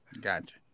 Gotcha